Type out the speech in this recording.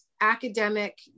academic